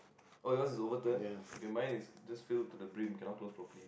ya